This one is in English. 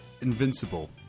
invincible